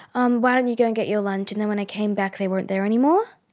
um why don't you go and get your lunch and then when i came back they weren't there anymore.